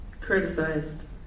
criticized